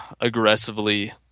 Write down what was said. aggressively